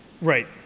Right